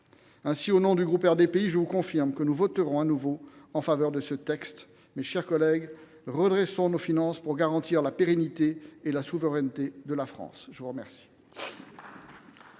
Aussi, au nom du groupe RDPI, je vous confirme que nous voterons, comme en première lecture, en faveur de ce texte. Mes chers collègues, redressons nos finances pour garantir la pérennité et la souveraineté de la France ! La parole